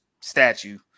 statue